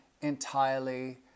entirely